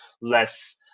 less